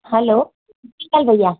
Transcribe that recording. हलो झूलेलाल भैया